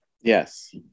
Yes